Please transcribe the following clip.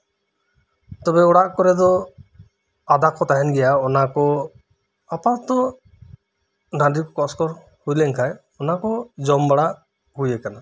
ᱛᱚᱵᱮ ᱚᱲᱟᱜ ᱠᱚᱨᱮ ᱫᱚ ᱟᱫᱟ ᱠᱚ ᱛᱟᱦᱮᱸᱱ ᱜᱮᱭᱟ ᱚᱱᱟ ᱠᱚ ᱟᱯᱟᱛᱚᱛᱚ ᱱᱟᱹᱰᱨᱤ ᱠᱚᱥᱠᱚᱨ ᱦᱩᱭ ᱞᱮᱱᱠᱷᱟᱡ ᱚᱱᱟ ᱠᱚ ᱡᱚᱢ ᱵᱟᱲᱟ ᱦᱩᱭᱟᱠᱟᱱᱟ